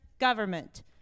government